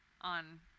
on